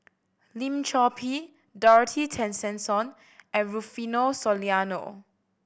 Lim Chor Pee Dorothy Tessensohn and Rufino Soliano